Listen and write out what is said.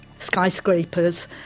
skyscrapers